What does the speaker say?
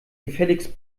gefälligst